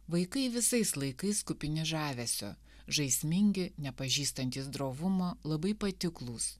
vaikai visais laikais kupini žavesio žaismingi nepažįstantys drovumo labai patiklūs